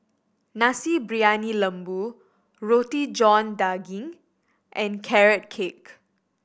Nasi Briyani Lembu Roti John Daging and Carrot Cake